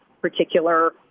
particular